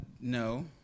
No